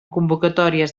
convocatòries